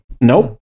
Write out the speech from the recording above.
Nope